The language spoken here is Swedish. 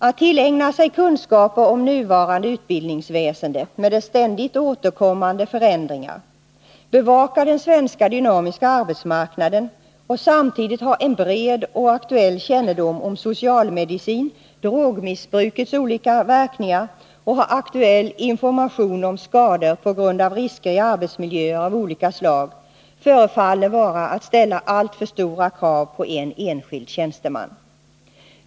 Att tillägna sig kunskaper om nuvarande utbildningsväsende med dess ständigt återkommande förändringar, bevaka den svenska dynamiska arbetsmarknaden och samtidigt ha en bred och aktuell kännedom om socialmedicin, drogmissbrukets olika verkningar och ha aktuell information om skador på grund av risker i arbetsmiljöer av olika slag, förefaller vara att ställa alltför stora krav på en enskild tjänsteman.